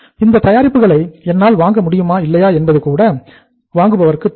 இந்த தயாரிப்புகளை என்னால் வாங்க முடியுமா இல்லையா என்பது கூட வாங்குபவருக்கு தெரியும்